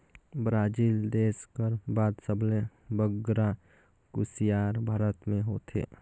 Brazil देस कर बाद सबले बगरा कुसियार भारत में होथे